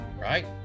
right